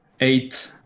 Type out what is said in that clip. eight